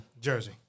Jersey